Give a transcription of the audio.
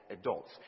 adults